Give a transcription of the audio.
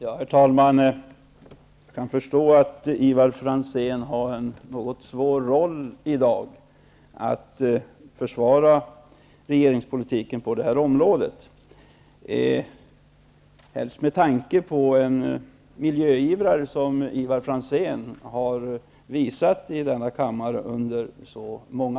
Herr talman! Jag kan förstå att Ivar Franzén har en något svår roll i dag, att försvara regeringspolitiken på det här området, särskilt med tanke på att han under så många år har framträtt i denna kammare som miljöivrare.